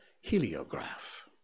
heliograph